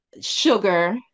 sugar